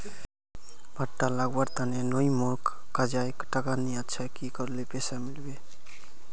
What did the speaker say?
भुट्टा लगवार तने नई मोर काजाए टका नि अच्छा की करले पैसा मिलबे?